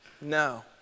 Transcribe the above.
No